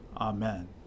Amen